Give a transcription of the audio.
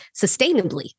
sustainably